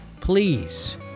please